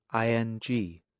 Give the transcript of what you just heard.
ing